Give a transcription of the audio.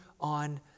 on